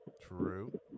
True